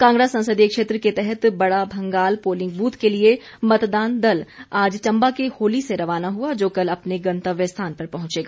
कांगड़ा संसदीय क्षेत्र के तहत बड़ा भंगाल पोलिंग बूथ के लिए मतदान दल आज चम्बा के होली से रवाना हुआ जो कल अपने गंतव्य स्थान पर पहुंचेगा